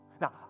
Now